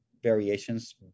variations